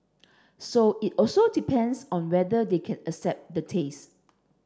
so it also depends on whether they can accept the taste